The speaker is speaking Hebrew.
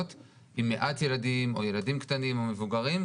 עם מעט ילדים או ילדים קטנים או מבוגרים,